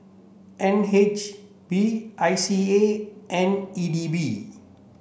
N H B I C A and E D B